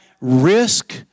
risk